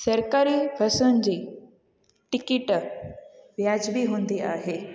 सरकारी बसियुनि जी टिकेट वाजिबी हूंदी आहे